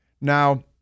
Now